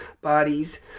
bodies